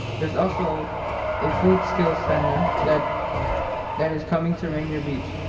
there is also a food scale center that that is coming to rainier beach.